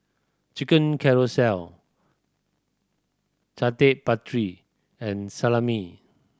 Chicken Casserole Chaat Papri and Salami